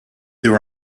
there